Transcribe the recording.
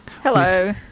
Hello